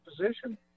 position